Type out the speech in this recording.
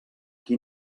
qui